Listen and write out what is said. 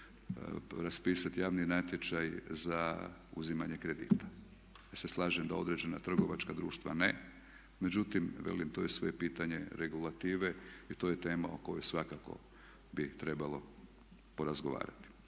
raspisati javni natječaj za uzimanje kredita. Ja se slažem da određena trgovačka društva ne, međutim, velim, to je sve pitanje regulative jer to je tema o kojoj svakako bi trebalo porazgovarati.